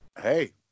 hey